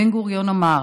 בן-גוריון אמר: